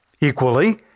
Equally